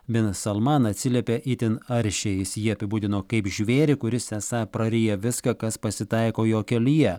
bin salmaną atsiliepė itin aršiai jis jį apibūdino kaip žvėrį kuris esą praryja viską kas pasitaiko jo kelyje